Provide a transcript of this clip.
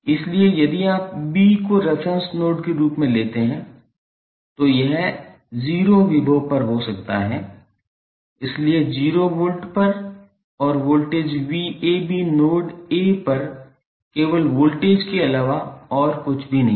इसलिए यदि आप B को रेफेरेंस नोड के रूप में लेते हैं तो यह 0 विभव पर हो सकता है इसलिए 0 वोल्ट पर और वोल्टेज VAB नोड A पर केवल वोल्टेज के अलावा कुछ भी नहीं है